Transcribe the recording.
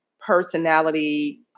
personality